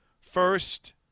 first